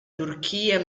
turchia